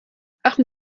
achten